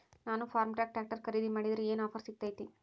ನಾನು Farmtrac tractor ಖರೇದಿ ಮಾಡಿದ್ರೆ ಏನು ಆಫರ್ ಸಿಗ್ತೈತಿ?